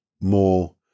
more